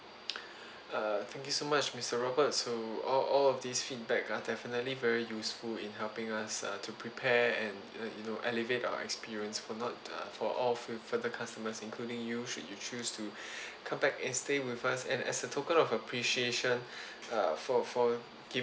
err thank you so much mister robert so all all of these feedback are definitely very useful in helping us uh to prepare and you know elevate our experience for not for all of for the customers including you should you choose to come back and stay with us and as a token of appreciation uh for for